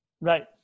Right